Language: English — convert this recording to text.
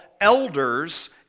elders